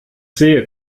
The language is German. sehe